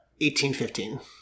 1815